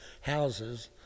houses